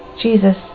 Jesus